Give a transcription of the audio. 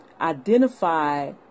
identify